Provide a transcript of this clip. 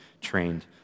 trained